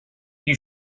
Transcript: you